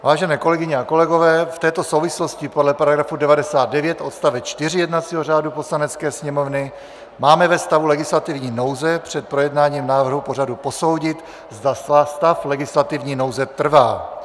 Vážené kolegyně a kolegové, v této souvislosti podle § 99 odst. 4 jednacího řádu Poslanecké sněmovny máme ve stavu legislativní nouze před projednáním návrhu pořadu posoudit, zda stav legislativní nouze trvá.